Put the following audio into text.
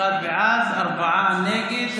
אחד בעד, ארבעה נגד.